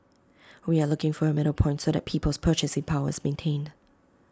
we are looking for A middle point so that people's purchasing power is maintained